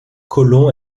colon